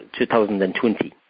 2020